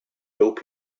help